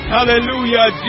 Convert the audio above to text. Hallelujah